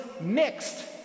mixed